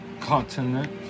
continent